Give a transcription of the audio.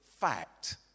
fact